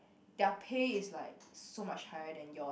their pay is like so much higher than yours